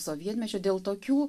sovietmečio dėl tokių